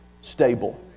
stable